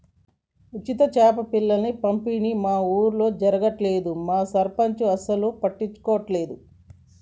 ఉచిత చేప పిల్లల పంపిణీ మా ఊర్లో జరగట్లేదు మా సర్పంచ్ అసలు పట్టించుకోవట్లేదు